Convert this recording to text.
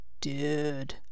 dude